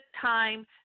time